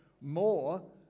more